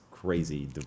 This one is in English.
crazy